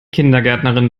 kindergärtnerin